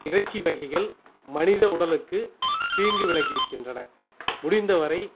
இறைச்சி வகைகள் மனித உடலுக்கு தீங்கு விளைவிக்கின்றன முடிந்த வரை